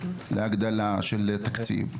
להגדלה של התקציב.